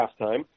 halftime